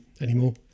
anymore